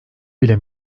bile